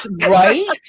Right